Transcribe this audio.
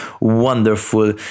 wonderful